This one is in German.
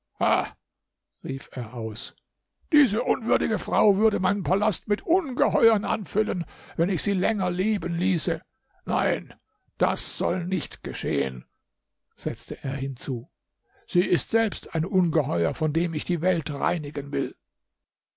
rief er aus diese unwürdige frau würde meinen palast mit ungeheuern anfüllen wenn ich sie länger leben ließe nein das soll nicht geschehen setzte er hinzu sie ist selbst ein ungeheuer von dem ich die welt reinigen will